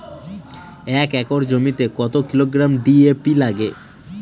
এক একর জমিতে কত কিলোগ্রাম ডি.এ.পি লাগে?